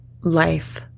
life